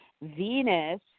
Venus